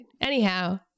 Anyhow